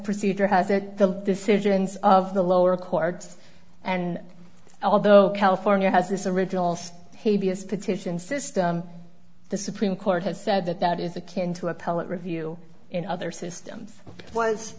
procedure has said the decisions of the lower courts and although california has this originals k b s petition system the supreme court has said that that is akin to appellate review in other systems was